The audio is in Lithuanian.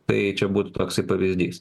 tai čia būtų toksai pavyzdys